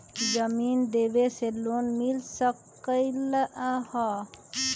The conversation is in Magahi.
जमीन देवे से लोन मिल सकलइ ह?